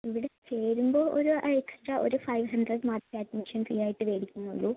ഇവിടെ ചേരുമ്പോൾ ഒരു എക്സ്ട്രാ ഒരു ഫൈവ് ഹൺഡ്രഡ് മാത്രമേ അഡ്മിഷൻ ഫീയായിട്ട് മേടിക്കുന്നുള്ളൂ